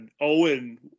Owen